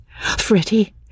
Freddy